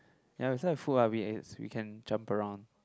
ya we start with food ah we can jump around